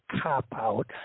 cop-out